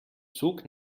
zug